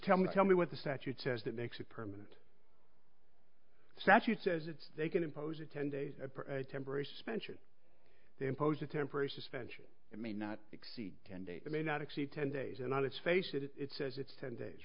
tell me tell me what the statute says that makes it permanent statute says it's they can impose a ten days temporary suspension they impose a temporary suspension it may not exceed ten days it may not exceed ten days and on its face it says it's ten days